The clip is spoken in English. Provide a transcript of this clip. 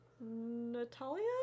natalia